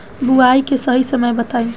बुआई के सही समय बताई?